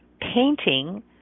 painting